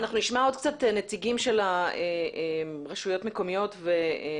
אנחנו נשמע עוד קצת נציגים של רשויות מקומיות ועיריות,